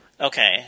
Okay